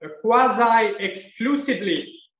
quasi-exclusively